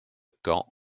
camp